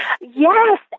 Yes